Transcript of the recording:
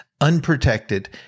unprotected